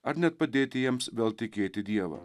ar net padėti jiems vėl tikėti dievą